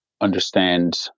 understand